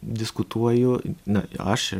diskutuoju na aš